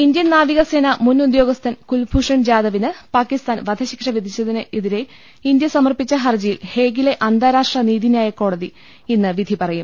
Indian നാവികസേനാ മുൻ ഉദ്യോഗസ്ഥൻ കുൽഭൂഷൺ ജാദ വിന് പാകിസ്ഥാൻ വധശിക്ഷ വിധിച്ചതിനെതിരെ ഇന്ത്യ സമർപ്പിച്ച ഹർജിയിൽ ഹേഗിലെ അന്താരാഷ്ട്ര നീതിന്യായ കോടതി ഇന്ന് വിധി പറയും